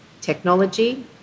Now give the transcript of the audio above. technology